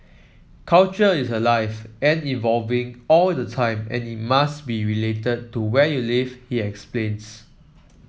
culture is alive and evolving all the time and it must be related to where you live he explains